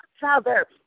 father